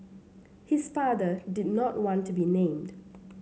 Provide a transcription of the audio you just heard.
his father did not want to be named